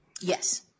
Yes